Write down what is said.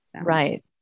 Right